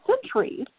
centuries